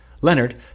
Leonard